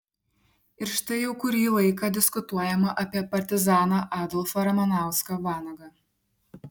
ir štai jau kurį laiką diskutuojama apie partizaną adolfą ramanauską vanagą